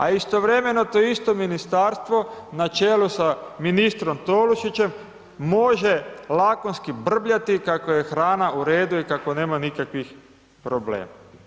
A istovremeno to isto ministarstvo, na čelu sa ministrom Tolušićem, može lakonski brbljati, kako je hrana u redu i kako nema nikakvih problema.